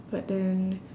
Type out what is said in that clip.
but then